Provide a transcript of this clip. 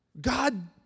God